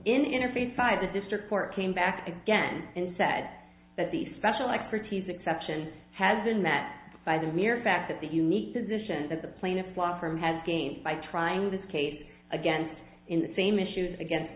interface five the district court came back again and said that the special expertise exception has been met by the mere fact that the unique position that the plaintiffs law firm has gained by trying this case again in the same issues again